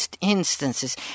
instances